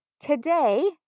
Today